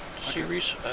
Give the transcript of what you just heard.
series